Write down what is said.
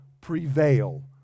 prevail